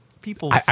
People